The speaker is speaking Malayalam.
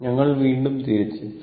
ഞങ്ങൾ വീണ്ടും തിരിച്ചെത്തി